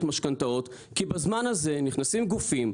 משכנתאות כי בזמן הזה נכנסים גופים,